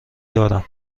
دارم